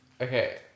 Okay